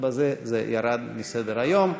ובזה זה ירד מסדר-היום.